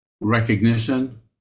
recognition